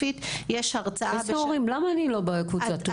למה אני לא מקבלת?